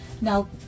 Now